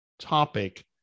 Topic